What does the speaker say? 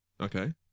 Okay